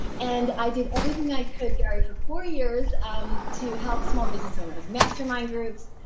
and i did everything i could gary for four years um to help small business owners, mastermind groups,